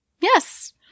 Yes